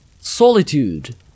Solitude